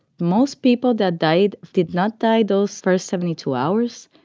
most people that died did not die those first seventy two hours.